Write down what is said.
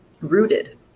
rooted